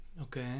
Okay